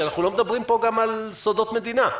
שאנחנו לא מדברים פה על סודות מדינה.